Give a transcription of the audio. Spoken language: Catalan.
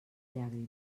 llàgrima